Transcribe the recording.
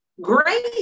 great